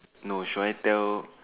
no should I tell